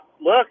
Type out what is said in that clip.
look